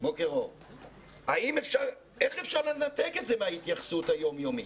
איך אפשר לנתק את זה מההתייחסות היום-יומית?